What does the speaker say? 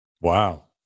wow